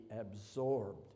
absorbed